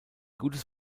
gutes